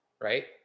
Right